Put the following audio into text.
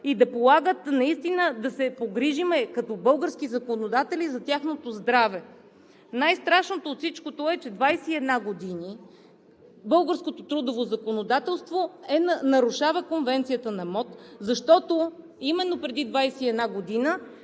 те да се трудят, да се погрижим като български законодатели за тяхното здраве? Най-страшното от всичкото е, че 21 години българското трудово законодателство нарушава Конвенцията на МОТ, защото именно преди 21 години